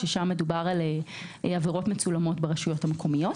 שם מדובר על עבירות מצולמות ברשויות המקומיות.